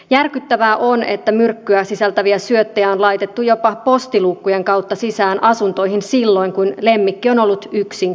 järkyttävää on että myrkkyä sisältäviä syöttejä on laitettu jopa postiluukkujen kautta sisään asuntoihin silloin kun lemmikki on ollut yksin kotona